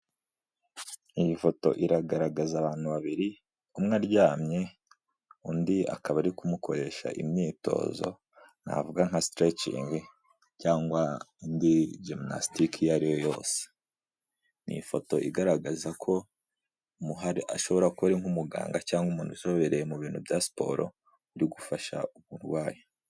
Iyi foto iragaragaza abantu babiri umwe aryamye undi akaba ari kumukoresha imyitozo navuga nka siterecingi cyangwa indi giminasitike iyo ari yo yose, ni ifoto igaragaza ko umuntu uhari ashobora kuba nk'umuganga cyangwa umuntu uzobereye mu bintu bya siporo birigufasha umurwayi.